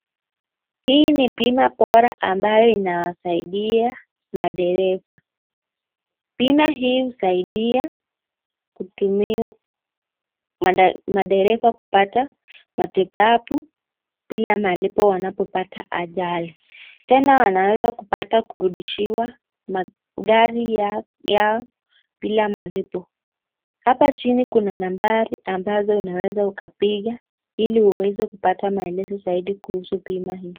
Hii ni bima bora ambayo inawasaidia madereva, bima hii husaidia madereva kupata matibabu bila malipo wanapopata ajali. Tena wanaeza kupata kurudishiwa magari yao bila malipo. Hapa chini kuna nambari ambazo unaweza ukapiga ili uweze kupata maelezo zaidi kuhusu bima hii.